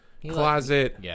closet